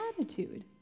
attitude